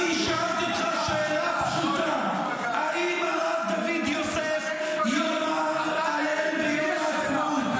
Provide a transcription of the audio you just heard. אני שאלתי אותך שאלה פשוטה: האם הרב דוד יוסף יאמר הלל ביום העצמאות?